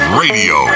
radio